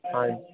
हांजी